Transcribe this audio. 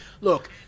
look